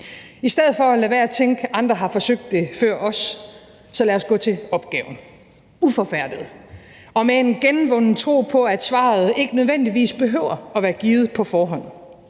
I stedet for at lade være at tænke, at andre har forsøgt det før os, så lad os gå til opgaven uforfærdede og med en genvunden tro på, at svaret ikke nødvendigvis behøver at være givet på forhånd;